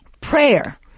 prayer